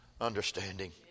understanding